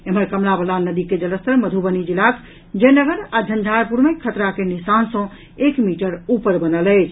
एम्हर कमला बलान नदी के जलस्तर मध्रुबनी जिलाक जयनगर आ झंझारपुर मे खतरा के निशान सॅ एक मीटर ऊपर बनल अछि